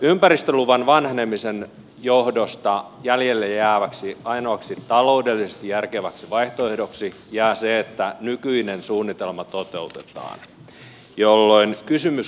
ympäristöluvan vanhenemisen johdosta jäljelle jääväksi ainoaksi taloudellisesti järkeväksi vaihtoehdoksi jää se että nykyinen suunnitelma toteutetaan jolloin kysymys kuuluu